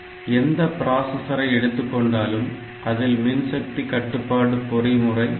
எந்த பிராஸஸரை எடுத்துக்கொண்டாலும் அதில் மின்சக்தி கட்டுப்பாடு பொறி முறை இருக்கும்